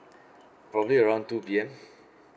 probably around two P_M